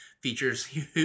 features